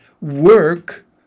work